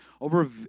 over